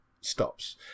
stops